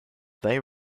they